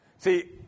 See